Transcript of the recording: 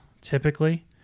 Typically